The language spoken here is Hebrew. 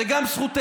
זו גם זכותנו,